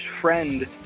friend